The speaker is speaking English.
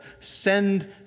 send